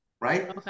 right